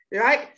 Right